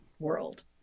world